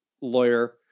lawyer